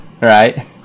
right